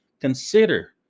consider